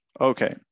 Okay